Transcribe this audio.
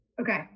okay